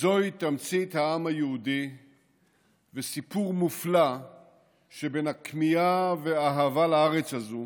זוהי תמצית העם היהודי וסיפור מופלא שבו הכמיהה והאהבה לארץ הזו